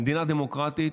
במדינה דמוקרטית,